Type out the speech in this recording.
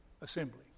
assembly